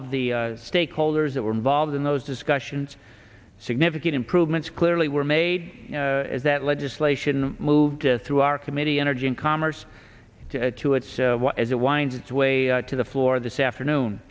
of the stakeholders that were involved in those discussions significant improvements clearly were made as that legislation moved through our committee energy and commerce to it so as it winds its way to the floor this afternoon